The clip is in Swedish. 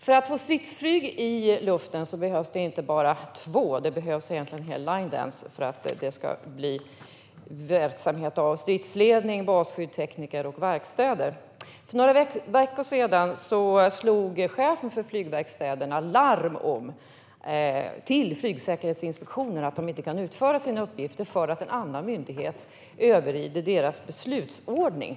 För att få stridsflyg i luften behövs inte bara två utan en hel line dance för att det ska bli verksamhet av. Det behövs stridsledning, basskydd, tekniker och verkstäder. För några veckor sedan slog chefen för flygverkstäderna larm till Flygsäkerhetsinspektionen om att de inte kan utföra sina uppgifter för att en annan myndighet kör över deras beslutsordning.